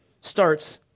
starts